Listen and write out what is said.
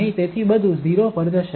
અહીં તેથી બધું 0 પર જશે